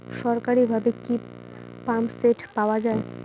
সরকারিভাবে কি পাম্পসেট পাওয়া যায়?